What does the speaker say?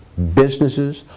businesses,